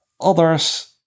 others